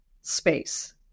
space